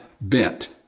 bent